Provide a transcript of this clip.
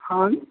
हॅं